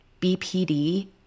BPD